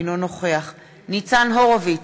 אינו נוכח ניצן הורוביץ,